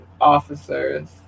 officers